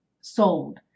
sold